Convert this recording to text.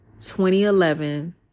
2011